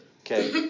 okay